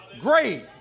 Great